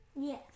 Yes